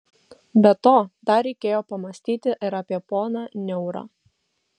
be to dar reikėjo pamąstyti ir apie poną niaurą